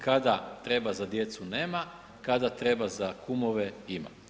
Kada treba za djecu nema, kada treba za kumove ima.